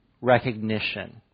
recognition